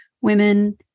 women